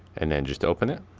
and then just open it.